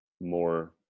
more